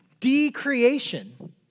decreation